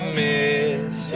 miss